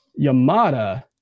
Yamada